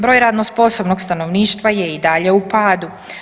Broj radno sposobnog stanovništva je i dalje u padu.